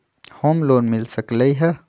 Home loan मिल सकलइ ह?